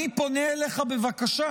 אני פונה אליך בבקשה,